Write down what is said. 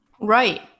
Right